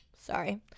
Sorry